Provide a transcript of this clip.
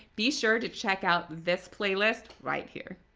be sure to check out this playlist right here.